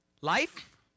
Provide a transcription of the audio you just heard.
Life